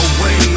Away